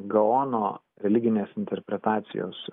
gaono religinės interpretacijos